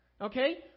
Okay